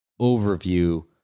overview